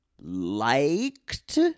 liked